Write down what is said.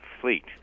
fleet